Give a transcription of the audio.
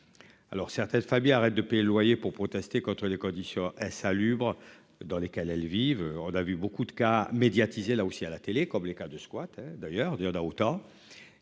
certaines Fabien arrête de payer le loyer pour protester contre les conditions insalubres dans lesquelles elles vivent. On a vu beaucoup de cas médiatisés là aussi à la télé comme les cas de squat d'ailleurs il y en a autant.